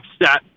upset